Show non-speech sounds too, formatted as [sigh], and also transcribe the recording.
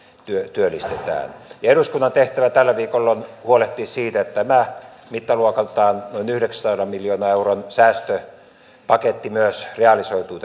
työllistetään eduskunnan tehtävä tällä viikolla on huolehtia siitä että tämä mittaluokaltaan noin yhdeksänsadan miljoonan euron säästöpaketti myös realisoituu [unintelligible]